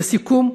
לסיכום,